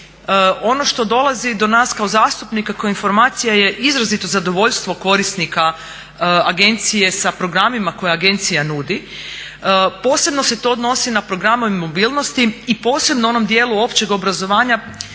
Ono što dolazi do nas kao zastupnika koji … informacija je izrazito zadovoljstvo korisnika agencije sa programima koje agencija nudi, posebno se to odnosi na programe mobilnosti i posebno u onom dijelu općeg obrazovanja,